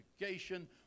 education